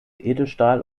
edelstahl